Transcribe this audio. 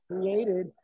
created